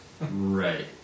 Right